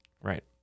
Right